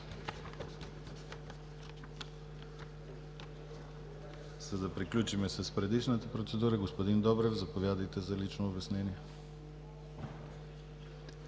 За да приключим с предишната процедура, господин Добрев, заповядайте за лично обяснение.